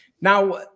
Now